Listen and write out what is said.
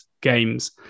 games